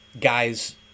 guys